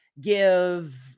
give